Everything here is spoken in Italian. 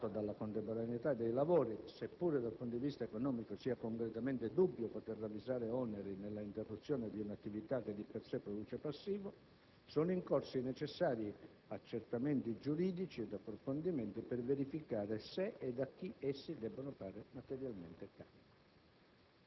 dato dalla contemporaneità dei lavori (seppure dal punto di vista economico sia concretamente dubbio poter ravvisare oneri nella interruzione di un'attività che di per sé produce passivo), sono in corso i necessari accertamenti giuridici ed approfondimenti per verificare se ed a chi essi debbano fare materialmente carico.